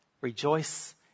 rejoice